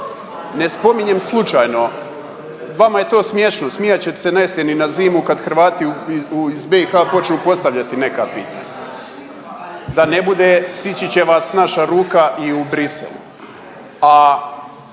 Ne spominjem slučajno, vama je to smiješno, smijat ćete se na jesen i na zimu kad Hrvati iz BiH počnu postavljati neka pitanja. Da ne bude stići će vas naša ruka i u Bruxellesu.